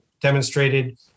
demonstrated